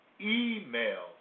email